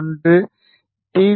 1 D